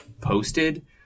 posted